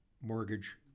Mortgage